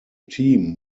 team